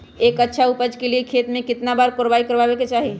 एक अच्छा उपज के लिए खेत के केतना बार कओराई करबआबे के चाहि?